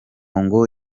ngo